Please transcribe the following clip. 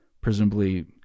presumably